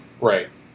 Right